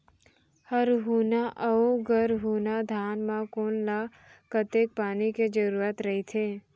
हरहुना अऊ गरहुना धान म कोन ला कतेक पानी के जरूरत रहिथे?